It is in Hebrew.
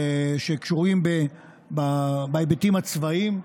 שקשורים בהיבטים הצבאיים.